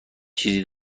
چیزی